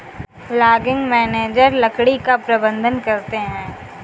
logging manager लकड़ी का प्रबंधन करते है